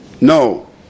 No